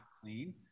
clean